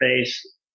face